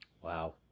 Wow